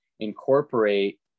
incorporate